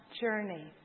journey